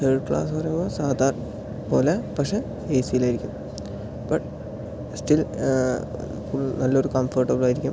third ക്ലാസെന്ന് പറയുമ്പം സാധാ പോലെ പക്ഷെ എ സിയിൽ ആയിരിക്കും ബട്ട് സ്റ്റിൽ ഫുൾ നല്ലൊരു കംഫർട്ടബിൾ ആയിരിക്കും